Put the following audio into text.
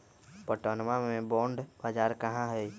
पटनवा में बॉण्ड बाजार कहाँ हई?